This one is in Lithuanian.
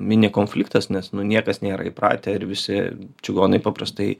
mini konfliktas nes nu niekas nėra įpratę ir visi čigonai paprastai